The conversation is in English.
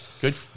Good